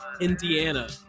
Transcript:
Indiana